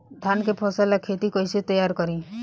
धान के फ़सल ला खेती कइसे तैयार करी?